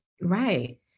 Right